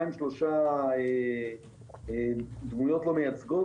שניים-שלושה דמויות לא מייצגות,